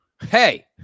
hey